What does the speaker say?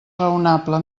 raonable